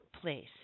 place